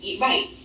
Right